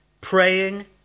praying